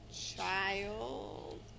Child